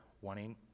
wanting